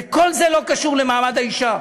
כל זה לא קשור למעמד האישה.